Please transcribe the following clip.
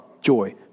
joy